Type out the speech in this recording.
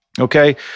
Okay